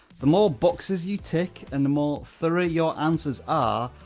the more boxes you tick, and the more thorough your answers ah